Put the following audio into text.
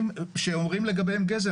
שאומרים לגביהם גזל.